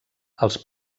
els